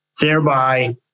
thereby